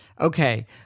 okay